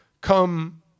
come